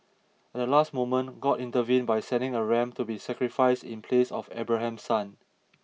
at the last moment God intervened by sending a ram to be sacrificed in place of Abraham's son